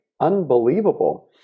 unbelievable